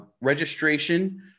Registration